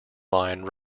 line